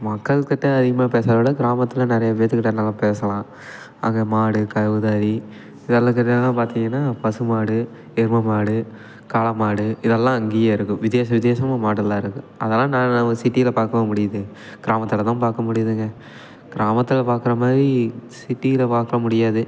மக்கள் கிட்டே அதிகமாக பேசுறதை விட கிராமத்தில் நிறைய பேத்துக்கிட்டே நம்ம பேசலாம் அங்கே மாடு கௌதாரி இதெல்லாம் பார்த்திங்கன்னா பசுமாடு எருமை மாடு காளை மாடு இதெல்லாம் அங்கேயே இருக்கும் வித்தியாசம் வித்தியாசமா மாடெல்லாம் இருக்கும் அதெல்லாம் நான் நம்ம சிட்டியில் பார்க்கவா முடியுது கிராமத்தில் தான் பார்க்க முடியுதுங்க கிராமத்தில் பாக்கிற மாதிரி சிட்டியில் பார்க்க முடியாது